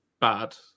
bad